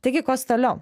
taigi kos toliau